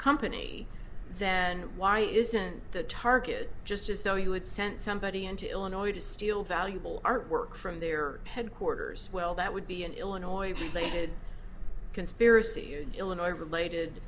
company then why isn't the target just as though you had sent somebody into illinois to steal valuable artwork from their headquarters well that would be in illinois they had conspiracy illinois related